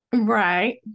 Right